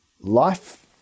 Life